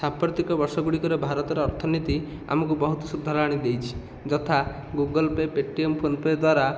ସାମ୍ପ୍ରତିକ ବର୍ଷ ଗୁଡ଼ିକରେ ଭାରତରେ ଅର୍ଥନୀତି ଆମକୁ ବହୁତ ସୁଧାର ଆଣିଦେଇଛି ଯଥା ଗୁଗଲ ପେ ପେଟିଏମ ଫୋନପେ ଦ୍ୱାରା